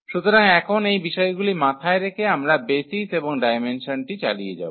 সুতরাং এখন এই বিষয়গুলি মাথায় রেখে আমরা বেসিস এবং ডায়মেনসনটি চালিয়ে যাব